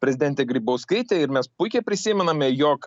prezidentė grybauskaitė ir mes puikiai prisimename jog